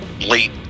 late